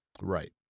Right